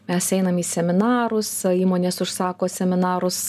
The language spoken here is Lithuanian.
mes einam į seminarus įmonės užsako seminarus